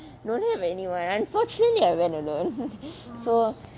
don't have anyone unfortunately I went alone so